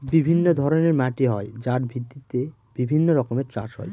বিভিন্ন ধরনের মাটি হয় যার ভিত্তিতে বিভিন্ন রকমের চাষ হয়